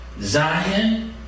Zion